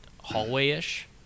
hallway-ish